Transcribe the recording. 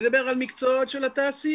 אני מדבר על מקצועות של התעשייה,